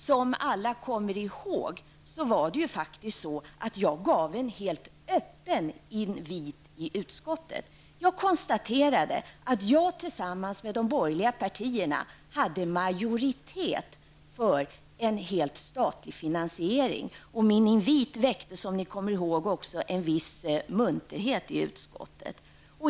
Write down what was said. Som alla kommer ihåg, gav jag en helt öppen invit i utskottet. Jag konstaterade att jag tillsammans med de borgerliga partiernas företrädare hade majoritet för en helt statlig finansiering. Min invit väckte också, som ni kommer ihåg, en viss munterhet i utskottet.